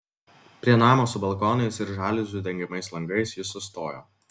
prie namo su balkonais ir žaliuzių dengiamais langais jis sustojo